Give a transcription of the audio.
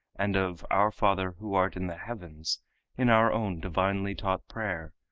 and of our father who art in the heavens in our own divinely taught prayer,